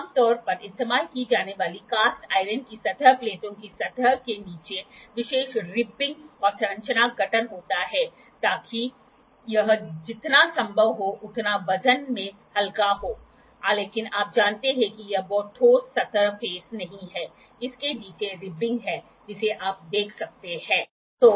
आमतौर पर इस्तेमाल की जाने वाली कास्ट आयरन की सतह प्लेटों में सतह के नीचे विशेष रिबिंग और संरचना गठन होता है ताकि यह जितना संभव हो उतना वजन में हल्का हो लेकिन आप जानते हैं कि यह बहुत ठोस सतह चरण नहीं है इसके नीचे रिबिंग है जिसे आप देख सकते हैं